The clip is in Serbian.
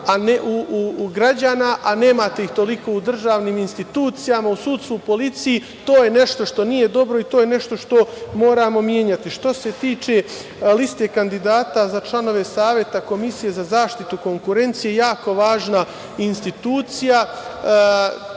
a nemate ih toliko u državnim institucijama, u sudstvu, u policiji, to je nešto što nije dobro i to je nešto što moramo menjati, Što se tiče Liste kandidata za članova Saveta Komisije za zaštitu konkurencije, jako važna institucija.